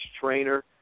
trainer